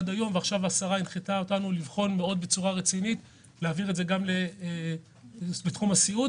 עכשיו השרה הנחתה אותנו להעביר את זה גם לתחום הסיעוד